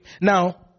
now